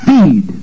Feed